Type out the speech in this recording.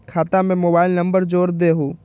खाता में mobile number जोड़ दहु?